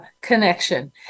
connection